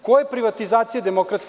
Koje privatizacije DS?